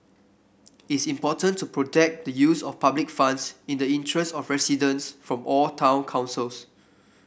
is important to protect the use of public funds in the interest of residents from all town councils